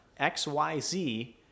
XYZ